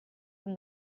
from